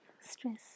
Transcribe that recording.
Stress